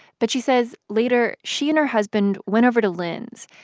but she says, later, she and her husband went over to lynn's.